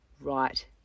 right